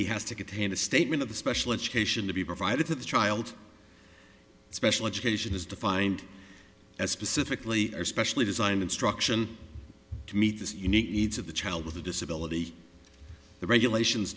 ip has to contain a statement of the specialist cation to be provided to the child special education is defined as specifically a specially designed instruction to meet this unique needs of the child with a disability the regulations